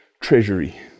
treasury